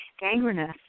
gangrenous